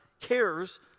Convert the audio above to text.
cares